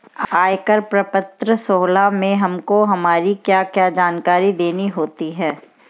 आयकर प्रपत्र सोलह में हमको हमारी क्या क्या जानकारी देनी होती है?